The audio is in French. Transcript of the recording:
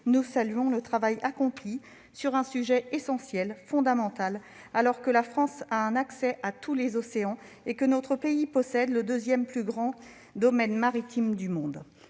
Nous saluons le travail ainsi accompli sur un sujet fondamental, alors que la France a un accès à tous les océans et qu'elle possède le deuxième plus grand domaine maritime du monde.